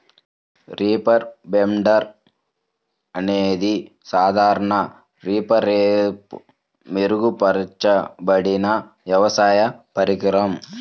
reaper binder అనేది సాధారణ రీపర్పై మెరుగుపరచబడిన వ్యవసాయ పరికరం